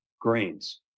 grains